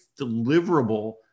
deliverable